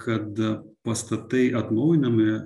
kad pastatai atnaujinami